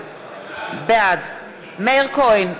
בעד מאיר כהן,